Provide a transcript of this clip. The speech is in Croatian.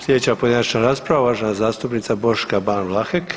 Sljedeća pojedinačna rasprava uvažena zastupnica Boška Ban Vlahek.